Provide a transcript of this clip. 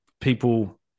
people